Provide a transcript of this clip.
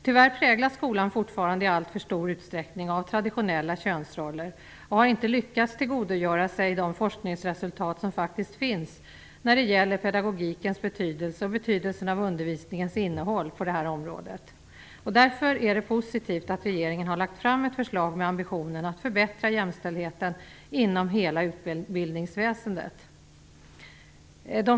Tyvärr präglas skolan fortfarande i alltför stor utsträckning av traditionella könsroller och har inte lyckats tillgodogöra sig de forskningsresultat som faktiskt finns när det gäller pedagogikens betydelse och betydelsen av undervisningens innehåll på det här området. Därför är det positivt att regeringen har lagt fram ett förslag med ambitionen att förbättra jämställdheten inom hela utbildningsväsendet.